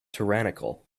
tyrannical